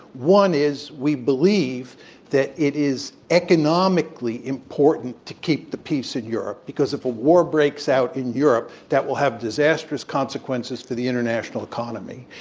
one is we believe that it is economically important to keep the peace in europe, because if a war breaks out in europe, that will have disastrous consequences for the international economy.